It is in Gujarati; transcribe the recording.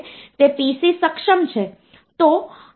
5 ને ફરીથી 2 દ્વારા ગુણાકાર કરવામાં આવે છે